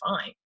fine